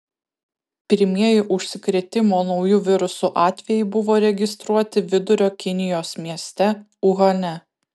pirmieji užsikrėtimo nauju virusu atvejai buvo registruoti vidurio kinijos mieste uhane